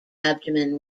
abdomen